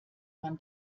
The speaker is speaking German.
man